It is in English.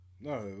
No